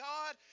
God